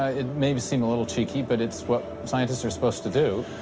ah it may seem a little cheeky, but it's what scientists are supposed to do.